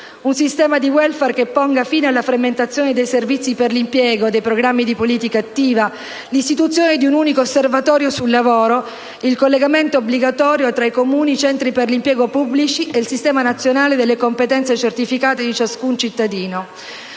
un sistema di *welfare* che ponga fine alla frammentazione dei servizi per l'impiego dei programmi di politica attiva, l'istituzione di un unico osservatorio sul lavoro, il collegamento obbligatorio tra i Comuni, i centri per l'impiego pubblici e il sistema nazionale delle competenze certificate di ciascun cittadino.